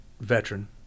veteran